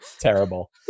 terrible